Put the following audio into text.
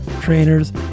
trainers